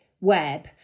web